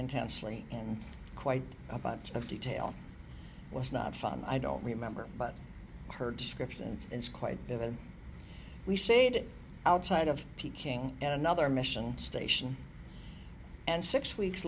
intensely and quite a bunch of detail was not fun i don't remember but her description is quite vivid we stayed outside of peking and another mission station and six weeks